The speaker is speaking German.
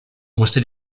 musste